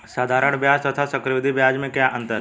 साधारण ब्याज तथा चक्रवर्धी ब्याज में क्या अंतर है?